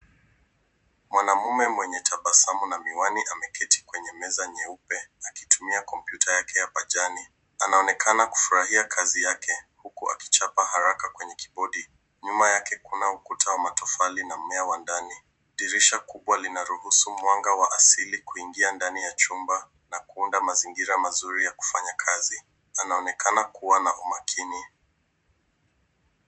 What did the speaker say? Mwanamume mwenye tabasamu na miwani ameketi kwenye meza nyeupe akitumia kompyuta yake ya majani. Anaonekana kufurahia kazi yake huku akichapa haraka kwenye kibodi. Nyuma yake kuna ukuta wa tofali na mmea wa ndani. Dirisha kubwa linaruhusu mwanga wa asili kuingia ndani ya chumba na kuunda mazingira mazuri ya kufanya kazi. Anaonekana kuwa na umakini.